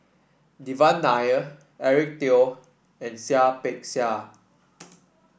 Devan Nair Eric Teo and Seah Peck Seah